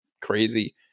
crazy